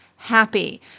happy